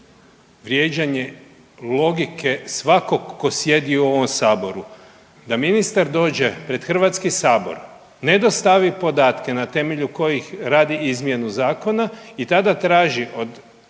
vrijeđanje logike svakog tko sjedi u ovom Saboru, da ministar dođe pred Hrvatski sabor ne dostavi podatke na temelju kojih radi izmjenu zakona i tada traži od